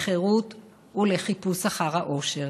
לחירות ולחיפוש אחר האושר.